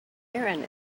aaron